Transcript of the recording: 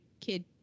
kid